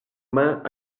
mains